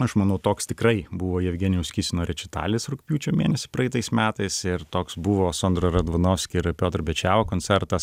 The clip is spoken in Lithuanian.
aš manau toks tikrai buvo jevgenijaus kisino rečitalis rugpjūčio mėnesį praeitais metais ir toks buvo sondra radvanovsky ir piotr bečalo koncertas